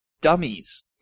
Dummies